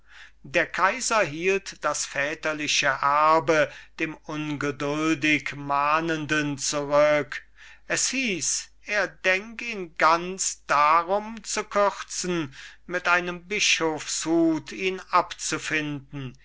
der kaiser hielt das väterliche erbe dem ungeduldig mahnenden zurück es hieß er denk ihn ganz darum zu kürzen mit einem bischofshut ihn abzufinden